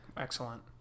excellent